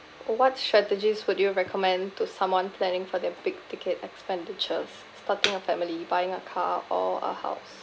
what strategies would you recommend to someone planning for their big ticket expenditures starting a family buying a car or a house